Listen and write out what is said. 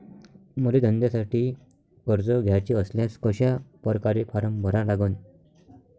मले धंद्यासाठी कर्ज घ्याचे असल्यास कशा परकारे फारम भरा लागन?